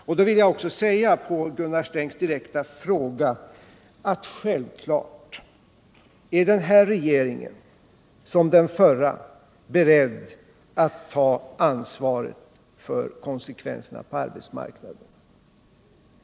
Jag vill också svara på Gunnar Strängs direkta fråga att den här regeringen självfallet, liksom den förra, är beredd att ta ansvaret för konsekvenserna på arbetsmarknaden.